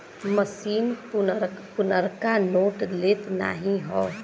मसीन पुरनका नोट लेत नाहीं हौ